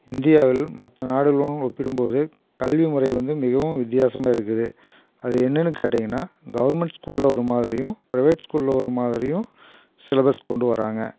இந்தியாவில் மற்ற நாடுகளுடன் ஒப்பிடும்போது கல்வி முறை வந்து மிகவும் வித்தியாசமாக இருக்குது அது என்னென்னு கேட்டிங்கன்னா கவர்மெண்ட் ஸ்கூலில் ஒரு மாதிரியும் ப்ரைவேட் ஸ்கூலில் ஒரு மாதிரியும் சிலபஸ் கொண்டு வராங்க